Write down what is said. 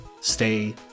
Stay